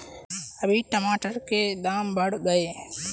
अभी टमाटर के दाम बढ़ गए